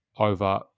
Over